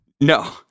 No